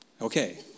Okay